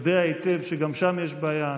יודע היטב שגם שם יש בעיה.